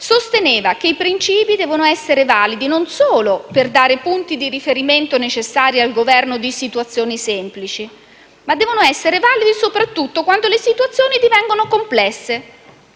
sosteneva che i principi devono essere validi non solo per dare punti di riferimento necessari al governo di situazioni semplici, ma soprattutto quando le situazioni divengono complesse.